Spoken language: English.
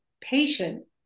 patient